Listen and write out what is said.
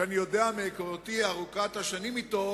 שאני יודע מהיכרותי ארוכת השנים אתו